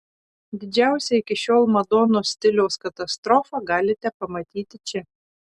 didžiausią iki šiol madonos stiliaus katastrofą galite pamatyti čia